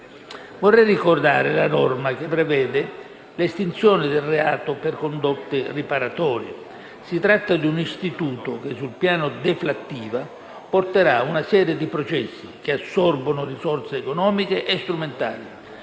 Vorrei ricordare la norma che prevede l'estinzione del reato per condotte riparatorie: si tratta di un istituto che, sul piano deflattivo, porterà una serie di processi, che assorbono risorse economiche e strumentali,